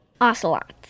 Ocelots